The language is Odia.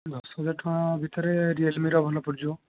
ଦଶହଜାର ଟଙ୍କା ଭିତରେ ରିଏଲମି ର ଭଲ ପଡ଼ିଯିବ